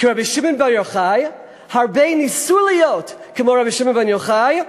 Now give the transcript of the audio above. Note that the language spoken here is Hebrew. "כרבי שמעון בר יוחאי" הרבה ניסו להיות כמו רבי שמעון בר יוחאי,